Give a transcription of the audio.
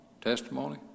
Testimony